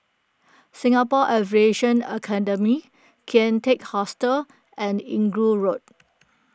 Singapore Aviation Academy Kian Teck Hostel and Inggu Road